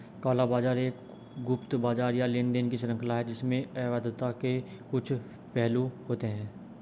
काला बाजार एक गुप्त बाजार या लेनदेन की श्रृंखला है जिसमें अवैधता के कुछ पहलू होते हैं